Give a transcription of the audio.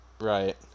Right